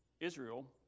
Israel